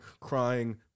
crying